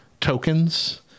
tokens